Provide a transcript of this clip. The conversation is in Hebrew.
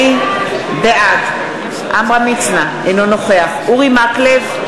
בעד עמרם מצנע, אינו נוכח אורי מקלב,